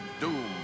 doom